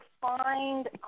find